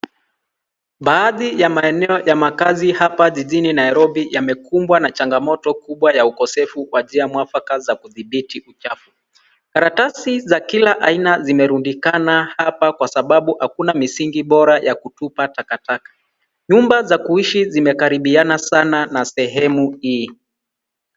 Baadhi ya maeneo ya makazi hapa jijini Nairobi yamekumbwa na changamoto kubwa ya ukosefu wa njia mwafaka za kudhibiti uchafu. Karatasi za kila aina zimerundikana hapa kwa sababu hakuna misingi bora ya kutupa takataka. Nyumba za kuishi zimekaribiana sana na sehemu hii.